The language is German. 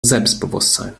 selbstbewusstsein